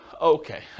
Okay